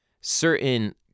certain